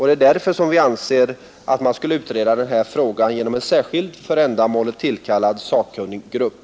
Det är därför vi anser att man bör utreda denna fråga genom en särskild, för ändamålet tillkallad sakkunnig grupp.